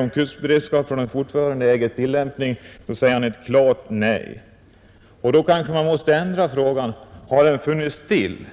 om kuppberedskapsplanen fortfarande äger tillämpning, svarar försvarsministern ett klart nej. Man kanske då i stället bör fråga: Har den funnits till?